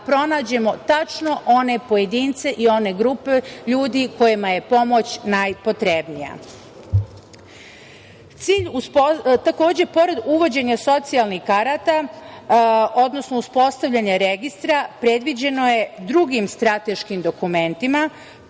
pronađemo tačno one pojedince i one grupe ljudi kojima je pomoć najpotrebnija. Takođe, pored uvođenja socijalnih karata, odnosno uspostavljanja registra, predviđeno je drugim strateškim dokumentima,